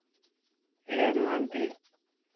ᱦᱤᱨᱮᱱ ᱢᱟᱱᱰᱤ